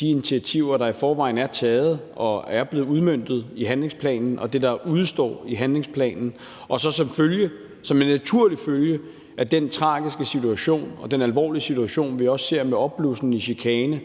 de initiativer, der i forvejen er taget og er blevet udmøntet i handlingsplanen, og det, der udestår i handlingsplanen, og så at vi som en naturlig følge af den tragiske situation og også med den alvorlige situation, vi ser med en opblussende chikane